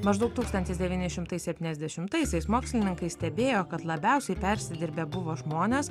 maždaug tūkstantis devyni šimtai septyniasdešimtaisiais mokslininkai stebėjo kad labiausiai persidirbę buvo žmonės